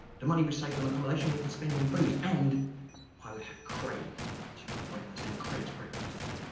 the money we saved on accommodation, we could spend on booze, and i would have craig to cook breakfast, and craig's breakfasts,